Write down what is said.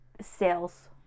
sales